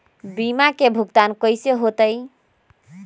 बीमा के भुगतान कैसे होतइ?